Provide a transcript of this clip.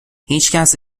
هیچکس